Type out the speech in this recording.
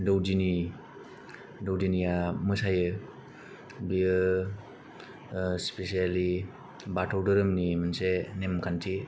दौदिनि दौदिनिया मोसायो बियो स्पेसेलि बाथौ दोहोरोमनि मोनसे नेमखान्थि